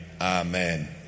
amen